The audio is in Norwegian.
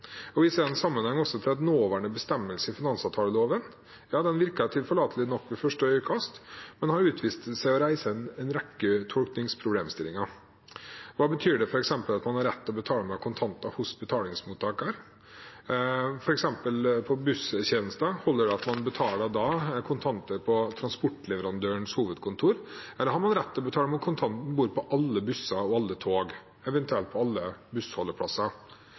sammenheng til at nåværende bestemmelse i finansavtaleloven virker tilforlatelig nok ved første øyekast, men at den har vist seg å reise en rekke tolkningsproblemstillinger. Hva betyr det f.eks. at man har rett til å betale med kontanter hos betalingsmottaker? Holder det f.eks. at man ved busstjenester betaler med kontanter på transportleverandørens hovedkontor, eller har man rett til å betale med kontanter om bord på alle busser og tog, eventuelt på alle bussholdeplasser?